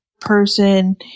person